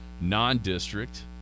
non-district –